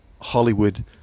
Hollywood